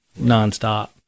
nonstop